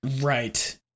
Right